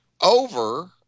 over